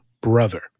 brother